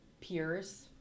peers